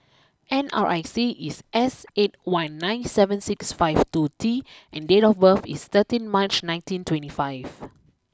N R I C is S eight one nine seven six five two T and date of birth is thirteen March nineteen twenty five